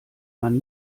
man